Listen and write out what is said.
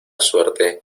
suerte